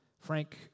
Frank